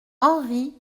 henri